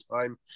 time